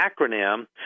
acronym